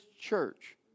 church